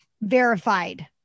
Verified